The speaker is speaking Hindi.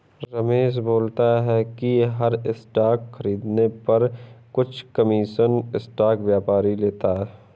रमेश बोलता है कि हर स्टॉक खरीदने पर कुछ कमीशन स्टॉक व्यापारी लेता है